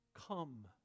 come